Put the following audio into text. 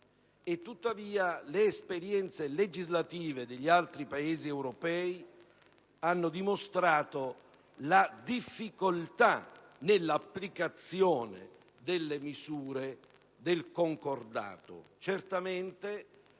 e le esperienze legislative degli altri Paesi europei hanno dimostrato la difficoltà nell'applicazione delle misure del concordato.